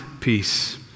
peace